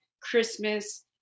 Christmas